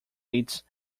its